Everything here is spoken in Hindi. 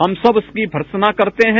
हम सब उसकी भर्त्सना करते हैं